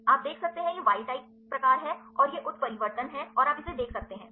तो आप देख सकते हैं यह जंगली प्रकार है और यह उत्परिवर्तन है और आप इसे देख सकते हैं